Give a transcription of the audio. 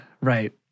right